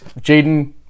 Jaden